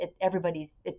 everybody's